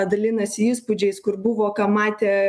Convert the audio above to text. dalinasi įspūdžiais kur buvo ką matė